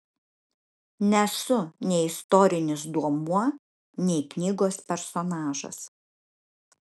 nesu nei istorinis duomuo nei knygos personažas